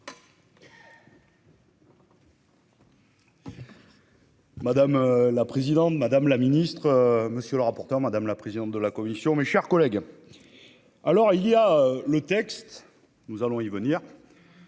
Madame la présidente, madame la ministre. Monsieur le rapporteur, madame la présidente de la commission. Mes chers collègues. Alors il y a le texte nous allons-y venir.--